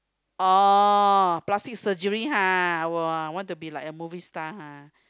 orh plastic surgery ha !wah! want to be like a movie star ha